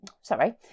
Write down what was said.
Sorry